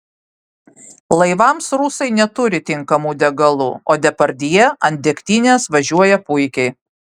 laivams rusai neturi tinkamų degalų o depardjė ant degtinės važiuoja puikiai